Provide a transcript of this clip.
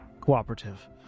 cooperative